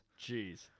Jeez